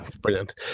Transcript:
brilliant